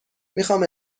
میخام